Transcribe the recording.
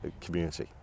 community